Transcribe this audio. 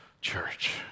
Church